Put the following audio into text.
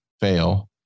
fail